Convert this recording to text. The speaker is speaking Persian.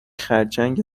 خرچنگ